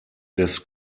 des